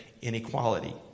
inequality